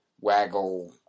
waggle